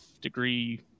degree